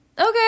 Okay